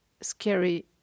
scary